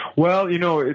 well, you know,